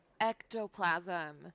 Ectoplasm